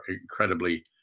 incredibly